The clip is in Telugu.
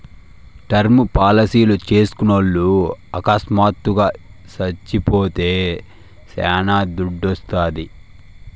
టర్మ్ పాలసీలు చేస్కున్నోల్లు అకస్మాత్తుగా సచ్చిపోతే శానా దుడ్డోస్తాది